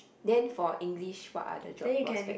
then for English what are the job prospects